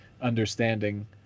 understanding